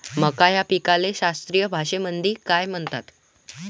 मका या पिकाले शास्त्रीय भाषेमंदी काय म्हणतात?